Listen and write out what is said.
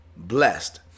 blessed